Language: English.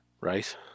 Right